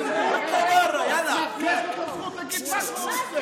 יאללה, ברא, ברא, קס-קס-קס,